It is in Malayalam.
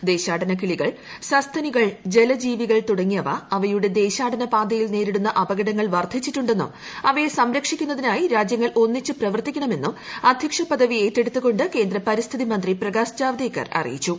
ദേശാടന കിളികൾ സസ്തനികൾ ജലജീവികൾ തുടങ്ങിയവ അവയുടെ ദേശാടന പാതയിൽ നേരിടുന്ന അപകടങ്ങൾ വർദ്ധിച്ചിട്ടുണ്ടെന്നും അവയെ സംരക്ഷിക്കുന്നതിനായി രാജ്യങ്ങൾ ഒന്നിച്ച് പ്രവർത്തിക്കണമെന്നും അധ്യക്ഷ പദവി ഏറ്റെടുത്തുകൊണ്ട് കേന്ദ്ര പരിസ്ഥിതി മന്ത്രി പ്രകാശ് ജാവ്ദേക്കർ അറിയിച്ചു